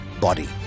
body